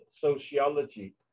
Sociology